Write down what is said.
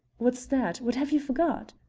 what's that? what have you forgot?